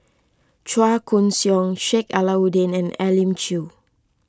Chua Koon Siong Sheik Alau'ddin and Elim Chew